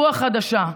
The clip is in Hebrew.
רוח חדשה.